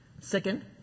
Second